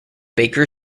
baker